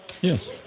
Yes